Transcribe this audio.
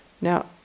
Now